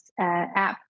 app